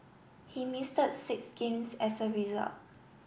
he six games as a result